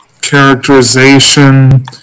characterization